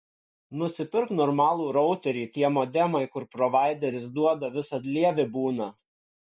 nusipirk normalų routerį tie modemai kur provaideris duoda visad lievi būna